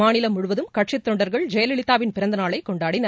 மாநிலம் முழுவதும் கட்சித் தொண்டர்கள் ஜெயலலிதாவின் பிறந்தநாளைகொண்டாடினர்